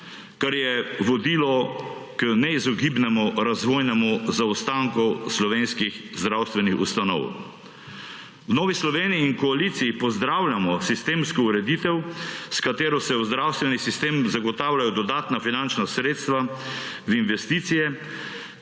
kar je vodilo k neizogibnemu razvojnemu zaostanku slovenskih zdravstvenih ustanov. V Novi Sloveniji in koaliciji pozdravljamo sistemsko ureditev, s katero se v zdravstveni sistem zagotavljajo dodatna finančna sredstva v investicije,